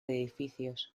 edificios